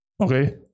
Okay